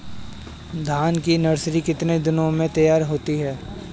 धान की नर्सरी कितने दिनों में तैयार होती है?